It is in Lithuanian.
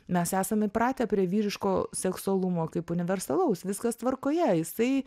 mes esam įpratę prie vyriško seksualumo kaip universalaus viskas tvarkoje jisai